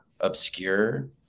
obscure